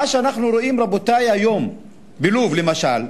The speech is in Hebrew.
מה שאנחנו רואים, רבותי, היום בלוב, למשל,